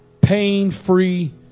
pain-free